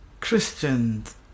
Christians